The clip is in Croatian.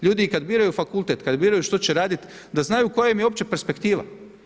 Ljudi i kad biraju fakultet, kad biraju što će radit, da znaju koja ima je uopće perspektiva.